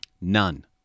None